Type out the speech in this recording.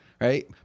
right